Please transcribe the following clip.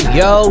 yo